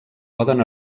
poden